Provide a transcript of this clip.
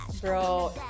Bro